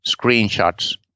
screenshots